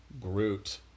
Groot